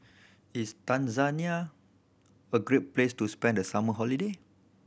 is Tanzania a great place to spend the summer holiday